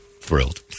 thrilled